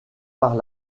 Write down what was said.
par